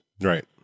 Right